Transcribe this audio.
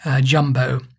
jumbo